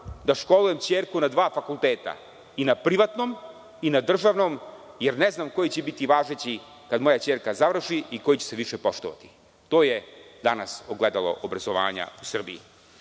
da školujem kćerku na dva fakulteta i na privatnom i na državnom jer ne znam koji će biti važeći kad moja kćerka završi i koji će se više poštovati. To je danas ogledalo obrazovanja u